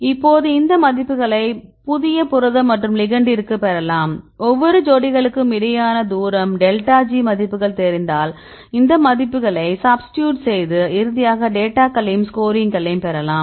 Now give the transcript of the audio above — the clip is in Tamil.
இப்போது இந்த மதிப்புகளைப் புதிய புரதம் மற்றும் லிகெண்டிற்றுக்கு பெறலாம் ஒவ்வொரு ஜோடிகளுக்கும் இடையேயான தூரம் டெல்டா ஜி மதிப்புகள் தெரிந்தால் இந்த மதிப்புகளை சப்ஸ்டிட்டியூட் செய்து இறுதியாக டேட்டாகளையும் ஸ்கோரிங்களையும் பெறலாம்